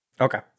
Okay